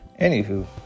anywho